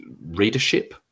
readership